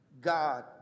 God